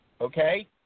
okay